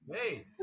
Hey